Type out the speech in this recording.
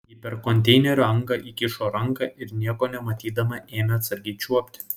ji per konteinerio angą įkišo ranką ir nieko nematydama ėmė atsargiai čiuopti